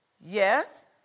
Yes